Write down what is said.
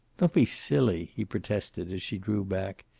don't be silly, he protested, as she drew back.